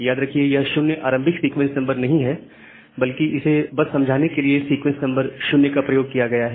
याद रखिए यह 0 आरंभिक सीक्वेंस नंबर नहीं है बल्कि इसे बस समझाने के लिए सीक्वेंस नंबर 0 का प्रयोग किया गया है